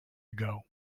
ago